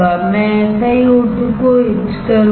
मैं SiO2 को etch करूंगा